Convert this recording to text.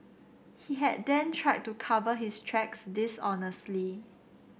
he had then tried to cover his tracks dishonestly